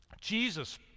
Jesus